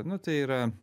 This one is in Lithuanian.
nu tai yra